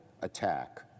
attack